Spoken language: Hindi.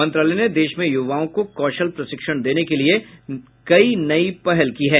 मंत्रालय ने देश में युवाओं को कौशल प्रशिक्षण देने के लिए कई नई पहल की हैं